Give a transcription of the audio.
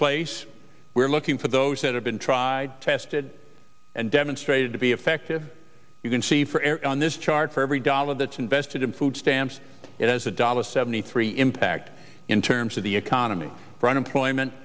place we're looking for those that have been tried tested and demonstrated to be effective you can see for error on this chart for every dollar that's invested in food stamps it is a dollar seventy three impact in terms of the economy for unemployment